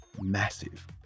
massive